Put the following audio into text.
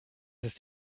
ist